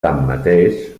tanmateix